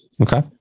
okay